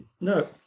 No